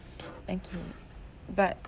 thank you